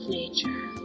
nature